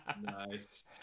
Nice